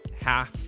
half